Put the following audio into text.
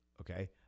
Okay